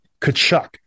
kachuk